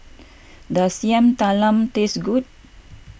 does Yam Talam taste good